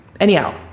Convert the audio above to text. Anyhow